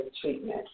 treatment